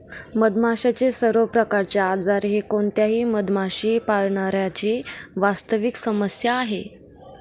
मधमाशांचे सर्व प्रकारचे आजार हे कोणत्याही मधमाशी पाळणाऱ्या ची वास्तविक समस्या आहे